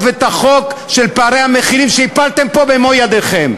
ואת החוק של פערי המחירים שהפלתם פה במו-ידיכם.